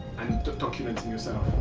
and documenting yourself?